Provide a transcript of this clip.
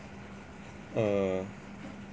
err